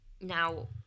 Now